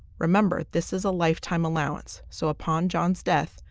remember this is a life time allowance so upon john's death,